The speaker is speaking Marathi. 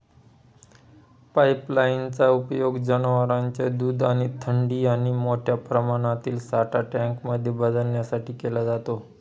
पाईपलाईन चा उपयोग जनवरांचे दूध थंडी आणि मोठ्या प्रमाणातील साठा टँक मध्ये बदलण्यासाठी केला जातो